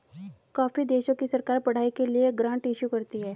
काफी देशों की सरकार पढ़ाई के लिए ग्रांट इशू करती है